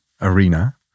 arena